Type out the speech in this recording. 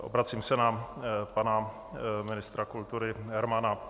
Obracím se na pana ministra kultury Hermana.